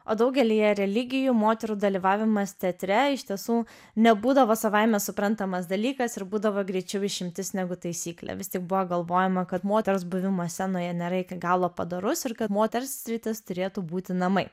o daugelyje religijų moterų dalyvavimas teatre iš tiesų nebūdavo savaime suprantamas dalykas ir būdavo greičiau išimtis negu taisyklė vis tik buvo galvojama kad moters buvimas scenoje nėra iki galo padorus ir kad moters sritis turėtų būti namai